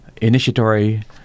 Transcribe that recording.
initiatory